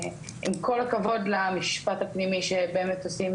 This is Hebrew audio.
עם כל הכבוד למשפט הפנימי שבאמת עושים